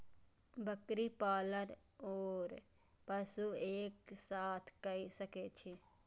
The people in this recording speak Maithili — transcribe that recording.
बकरी पालन ओर पशु एक साथ कई सके छी?